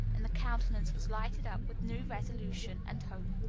and the countenance was lighted up with new resolution and hope.